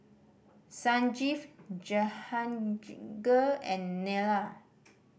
Sanjeev Jehangirr and Neila